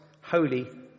holy